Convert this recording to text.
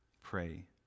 pray